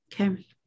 Okay